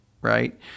right